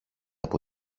από